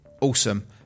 Awesome